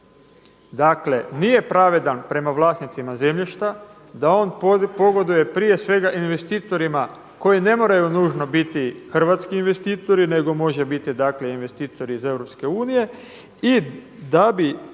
zakona nije pravedan prema vlasnicima zemljišta, da on pogoduje prije svega investitorima koji ne moraju nužno biti hrvatski investitori, nego može biti dakle investitor iz Europske